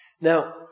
Now